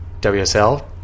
WSL –